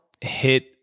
hit